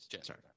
Sorry